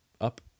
up